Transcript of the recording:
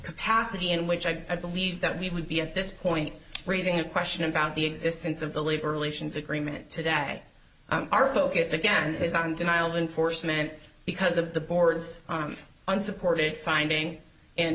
capacity in which i believe that we would be at this point raising a question about the existence of the labor relations agreement today our focus again is on denial of enforcement because of the board's unsupported finding and